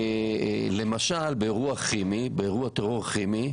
למשל באירוע טרור כימי,